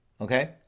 Okay